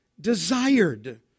desired